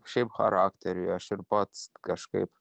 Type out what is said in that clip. šiaip charakteriui aš ir pats kažkaip